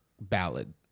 ballad